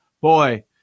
boy